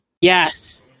Yes